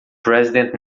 president